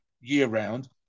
year-round